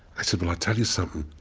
i say, well, i'll tell you something.